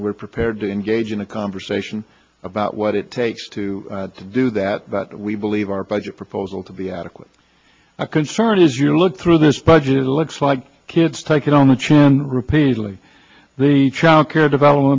we're prepared to engage in a conversation about what it takes to do that but we believe our budget proposal to be adequate a concern as you look through this budget looks like kids take it on the chin repeatedly the childcare develop